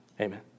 amen